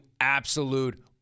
absolute